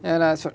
ya lah so